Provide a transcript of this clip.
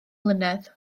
mlynedd